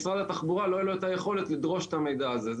מפני שלמשרד התחבורה לא הייתה היכולת לדרוש את המידע הזה.